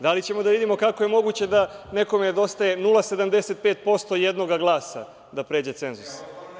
Da li ćemo da vidimo kako je moguće da nekome nedostaje 0,75% jednog glasa da pređe cenzus?